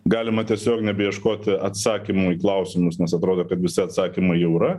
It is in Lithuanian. galima tiesiog nebeieškoti atsakymų į klausimus nes atrodo kad visi atsakymai jau yra